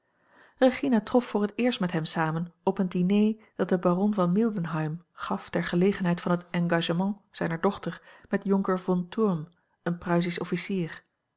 regina trof voor het eerst met hem samen op een diner dat de baron van mildenheim gaf ter gelegenheid van het engagement zijner dochter met jonker von thurm een pruisisch officier